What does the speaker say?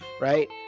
right